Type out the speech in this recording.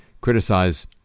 criticize